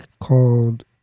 called